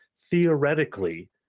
theoretically